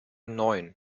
neun